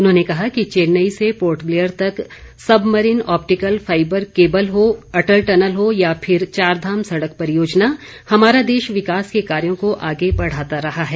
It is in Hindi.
उन्होंने कहा कि चैन्नई से पोर्टब्लेयर तक सबमरीन ऑपटिकल फाइबर केबल हो अटल टनल हो या फिर चार धाम सड़क परियोजना हमारा देश विकास के कार्यों को आगे बढ़ाता रहा है